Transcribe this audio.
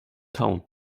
town